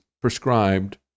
prescribed